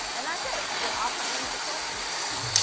and that's it. your awesome eighty s decor is complete.